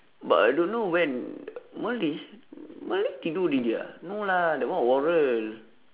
but I don't know when malay malay they do already ah no lah that one oral